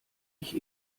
ich